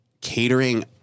catering